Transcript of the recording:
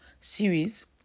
series